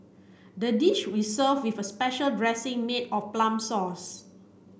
the dish we served with special dressing made of plum sauce